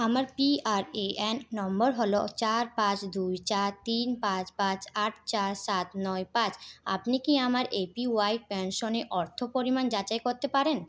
আমার P R A N number হলো চার পাঁচ দুই চার তিন পাঁচ পাঁচ আট চার সাত নয় পাঁচ আপনি কি আমার এ পি ওয়াই পেনশনে অর্থ পরিমাণ যাচাই করতে পারেন